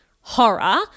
horror